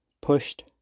pushed